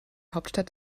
hauptstadt